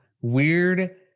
weird